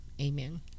Amen